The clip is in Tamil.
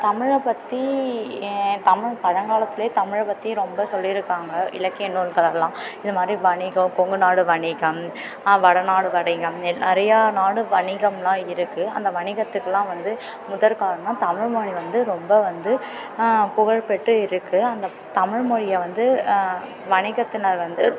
தமிழை பற்றி ஏன் தமிழ் பழங்காலத்துலேயே தமிழை பற்றி ரொம்ப சொல்லியிருக்காங்க இலக்கிய நூல்கள் எல்லாம் இது மாதிரி வணிகம் கொங்கு நாடு வணிகம் வட நாடு வணிகம் எ நிறையா நாடு வணிகம்லாம் இருக்குது அந்த வணிகத்துக்குலாம் வந்து முதற் காரணம் தமிழ் மொழி வந்து ரொம்ப வந்து புகழ் பெற்று இருக்குது அந்த தமிழ் மொழியை வந்து வணிகத்தினர் வந்து